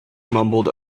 mumbled